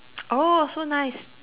oh so nice